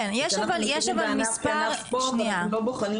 כשאנחנו מכירים בענף כענף ספורט אנחנו לא בוחנים